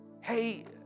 Hey